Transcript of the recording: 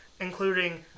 including